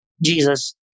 Jesus